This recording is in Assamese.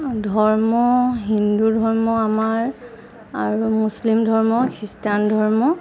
ধৰ্ম হিন্দু ধৰ্ম আমাৰ আৰু মুছলিম ধৰ্ম খ্ৰীষ্টান ধৰ্ম